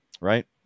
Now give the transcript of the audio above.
right